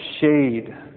shade